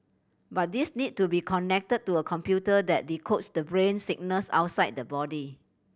but these need to be connected to a computer that decodes the brain signals outside the body